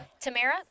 Tamara